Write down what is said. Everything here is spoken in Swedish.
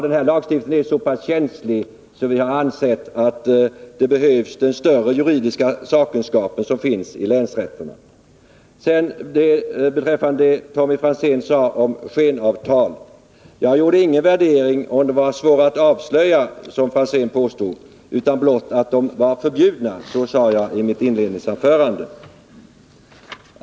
Den här lagstiftningen är så pass känslig att vi har ansett att den större juridiska sakkunskap som finns i länsrätterna behövs. Beträffande det Tommy Franzén sade om skenavtal vill jag betona att jag inte gjorde någon värdering om huruvida sådana var svåra att avslöja, som Tommy Franzén påstod, utan jag påpekade blott att de var förbjudna. Detta sade jag i mitt inledningsanförande.